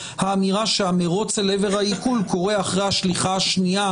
האמירה שהמרוץ אל עבר העיקול קורה אחרי השליחה השנייה,